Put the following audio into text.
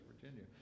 Virginia